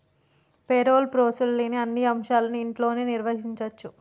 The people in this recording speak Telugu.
పేరోల్ ప్రాసెస్లోని అన్ని అంశాలను ఇంట్లోనే నిర్వహించచ్చు